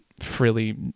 freely